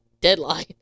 Deadline